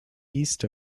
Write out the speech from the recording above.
east